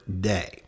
day